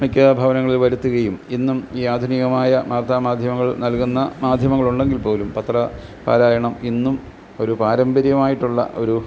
മിക്ക ഭവനങ്ങളിൽ വരുത്തുകയും ഇന്നും ഈ ആധുനികമായ വാർത്താമാധ്യമങ്ങൾ നൽകുന്ന മാധ്യമങ്ങൾ ഉണ്ടെങ്കിൽപോലും പത്ര പാരായണം ഇന്നും ഒരു പാരമ്പര്യമായിട്ടുള്ള ഒരു